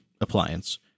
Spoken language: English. appliance